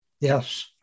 Yes